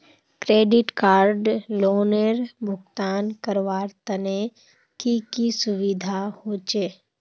Credit card लोनेर भुगतान करवार तने की की सुविधा होचे??